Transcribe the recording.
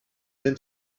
been